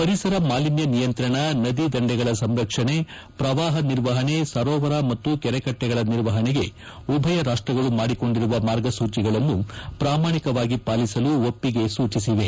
ಪರಿಸರ ಮಾಲಿನ್ನ ನಿಯಂತ್ರಣ ನದಿ ದಂಡೆಗಳ ಸಂರಕ್ಷಣೆ ಪ್ರವಾಪ ನಿರ್ವಹಣೆ ಸರೋವರ ಮತ್ತು ಕೆರೆ ಕಟ್ಟಿಗಳ ನಿರ್ವಹಣೆಗೆ ಉಭಯ ರಾಷ್ಲಗಳು ಮಾಡಿಕೊಂಡಿರುವ ಮಾರ್ಗಸೂಚಿಗಳನ್ನು ಪ್ರಾಮಾಣಿಕವಾಗಿ ಪಾಲಿಸಲು ಒಟ್ಟಿಗೆ ಸೂಚಿಸಿವೆ